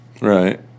Right